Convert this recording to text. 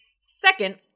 Second